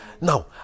Now